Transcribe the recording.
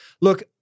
Look